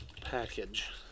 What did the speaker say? package